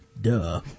duh